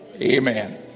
Amen